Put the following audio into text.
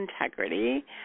integrity